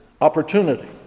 opportunity